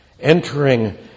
entering